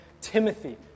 Timothy